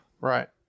Right